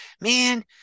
man